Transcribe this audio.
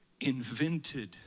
invented